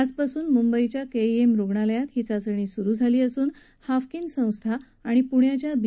आजपासून मुंबईच्या केईएम रुग्णालयात ही चाचणी सुरू झाली असून हाफकिन संस्था आणि पुण्याच्या बी